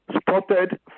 spotted